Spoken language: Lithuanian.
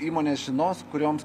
įmonės žinos kurioms